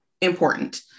important